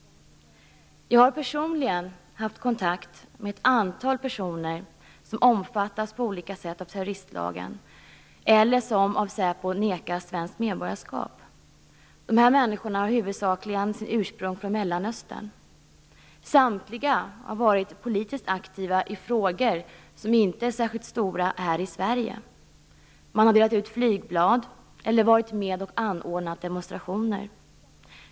Jag har personligen haft kontakt med ett antal personer som på olika sätt omfattas av terroristlagen eller som av säpo nekats svenskt medborgarskap. Dessa människor har huvudsakligen sitt ursprung i Mellanöstern. Samtliga har varit politiskt aktiva i frågor som inte är särskilt stora här i Sverige. De har delat ut flygblad eller varit med och anordnat demonstrationer.